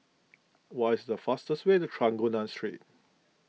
what is the fastest way to Trengganu Street